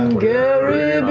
um gary